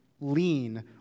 lean